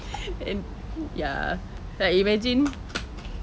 and ya like imagine